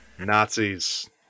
Nazis